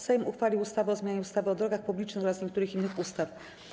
Sejm uchwalił ustawę o zmianie ustawy o drogach publicznych oraz niektórych innych ustaw.